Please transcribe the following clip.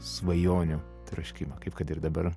svajonių troškimą kaip kad ir dabar